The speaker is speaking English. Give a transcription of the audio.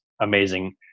amazing